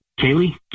Kaylee